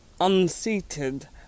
unseated